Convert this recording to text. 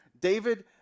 David